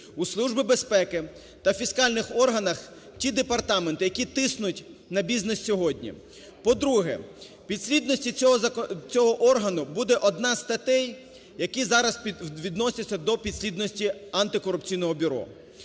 та фіскальних органах, ті департаменти, які тиснуть на бізнес сьогодні. По-друге, в підслідності цього органу буде одна з статей, які зараз відносять до підслідності Антикорупційного бюро.